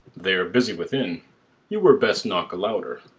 they're busy within you were best knock louder.